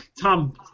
Tom